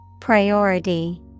Priority